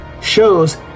shows